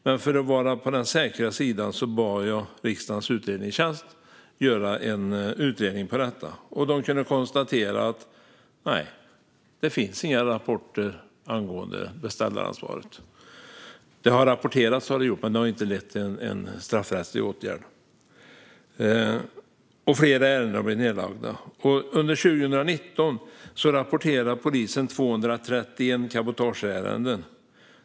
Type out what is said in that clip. Men för att vara på den säkra sidan bad jag riksdagens utredningstjänst att titta på detta. De kunde konstatera att det inte finns några rapporter vad gäller beställaransvaret. Jo, det har rapporterats men det har inte lett till straffrättsliga åtgärder. Flera ärenden har blivit nedlagda. År 2019 rapporterade polisen 231 cabotageärenden.